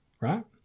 right